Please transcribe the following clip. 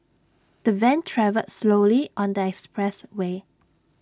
the van travelled slowly on the expressway